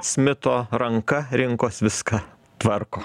smito ranka rinkos viską tvarko